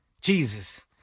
Jesus